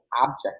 object